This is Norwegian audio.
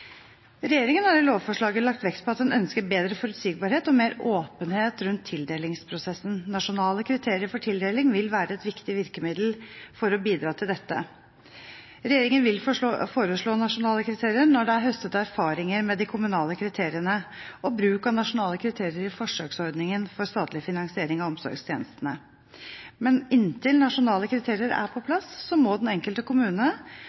Regjeringen har i lovforslaget lagt vekt på at en ønsker bedre forutsigbarhet og mer åpenhet rundt tildelingsprosessen. Nasjonale kriterier for tildeling vil være et viktig virkemiddel for å bidra til dette. Regjeringen vil foreslå nasjonale kriterier når det er høstet erfaringer med de kommunale kriteriene og bruken av nasjonale kriterier i forsøksordningen for statlig finansiering av omsorgstjenestene. Men inntil nasjonale kriterier er på plass, må den enkelte kommune